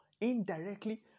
indirectly